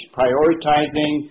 prioritizing